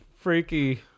freaky